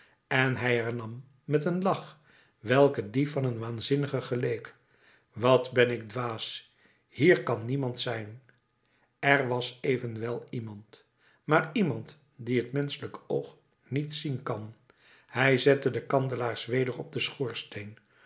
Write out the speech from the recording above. en hij hernam met een lach welke dien van een waanzinnige geleek wat ben ik dwaas hier kan niemand zijn er was evenwel iemand maar iemand dien t menschelijk oog niet zien kan hij zette de kandelaars weder op den schoorsteen